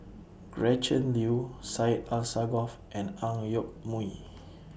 Gretchen Liu Syed Alsagoff and Ang Yoke Mooi